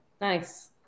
Nice